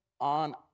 on